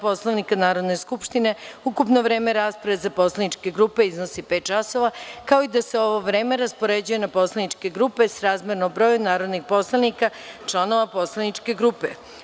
Poslovnika Narodne skupštine ukupno vreme rasprave za poslaničke grupe iznosi pet časova, kao i da se ovo vreme raspoređuje na poslaničke grupe srazmerno broju narodnih poslanika, članova poslaničke grupe.